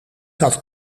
had